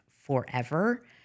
forever